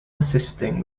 assisting